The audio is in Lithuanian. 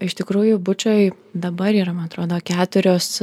iš tikrųjų bučoj dabar yra man atrodo keturios